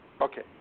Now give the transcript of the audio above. Okay